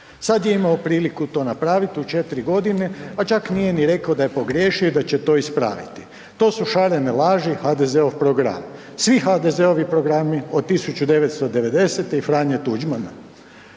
Sad je imao priliku to napraviti u 4 g. a čak nije ni rekao da je pogriješio i da će to ispraviti. To su šarene laži i HDZ-ov program, svi HDZ-ovi programi od 1990. i Franje Tuđmana.“